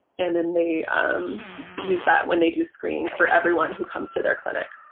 and then they use that when they do screening for everyone who comes to their clinic.